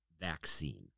vaccine